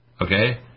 Okay